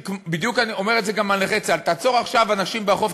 ובדיוק אני אומר את זה גם על נכי צה"ל: תעצור עכשיו אנשים ברחוב,